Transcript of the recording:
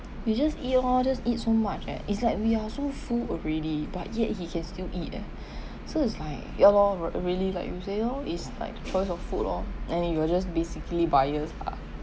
we just eat oh just eat so much eh it's like we are so full already but yet he can still eat eh so it's like ya lor re~ really like you say oh is like choice of food oh and you're just basically bias lah